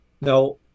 Now